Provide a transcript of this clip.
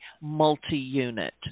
multi-unit